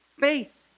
faith